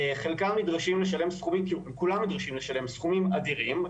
כולם נדרשים לשלם סכומים אדירים,